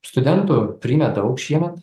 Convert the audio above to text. studentų priėmė daug šiemet